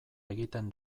egiten